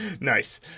Nice